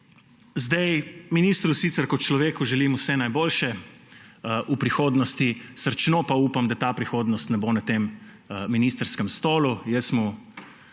Ministru sicer kot človeku želim vse najboljše v prihodnosti, srčno pa upam, da ta prihodnost ne bo na tem ministrskem stolu.